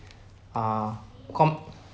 uh comp